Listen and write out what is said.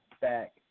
back